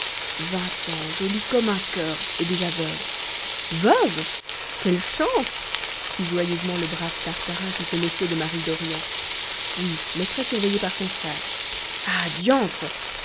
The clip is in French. vingt ans jolie comme un coeur et déjà veuve veuve quelle chance fit joyeusement le brave tartarin qui se méfiait des maris d'orient oui mais très surveillée par son frère ah diantre